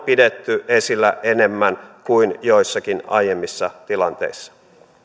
pidetty esillä enemmän kuin joissakin aiemmissa tilanteissa tähän